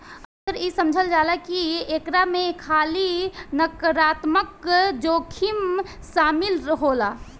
अक्सर इ समझल जाला की एकरा में खाली नकारात्मक जोखिम शामिल होला